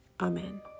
Amen